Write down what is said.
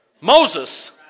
Moses